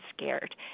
scared